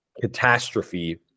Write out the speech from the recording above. catastrophe